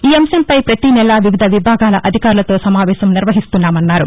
ఈ అంశంపై ప్రతి నెలా వివిధ విభాగాల అధికారులతో సమావేశం నిర్వహిస్తున్నామన్నారు